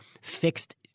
fixed